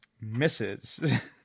misses